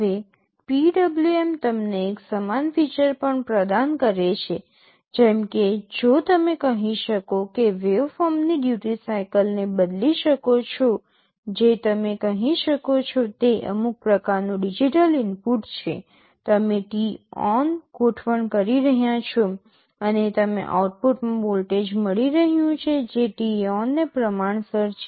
હવે PWM તમને એક સમાન ફીચર પણ પ્રદાન કરે છે જેમ કે જો તમે કહી શકો કે વેવફોર્મની ડ્યૂટિ સાઇકલને બદલી શકો છો જે તમે કહી શકો છો તે અમુક પ્રકારનો ડિજિટલ ઇનપુટ છે તમે t on ગોઠવણ કરી રહ્યાં છો અને તમને આઉટપુટમાં વોલ્ટેજ મળી રહ્યું છે જે t on ને પ્રમાણસર છે